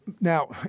Now